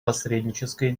посреднической